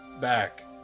back